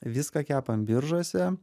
viską kepam biržuose